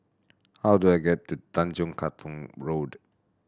how do I get to Tanjong Katong Road